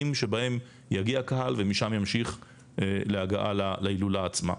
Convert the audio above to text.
שבהם יגיע קהל ומשם ימשיך להגעה להילולה עצמו.